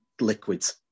liquids